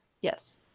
Yes